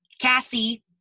Cassie